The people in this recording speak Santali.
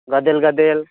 ᱜᱟᱫᱮᱞ ᱜᱟᱫᱮᱞ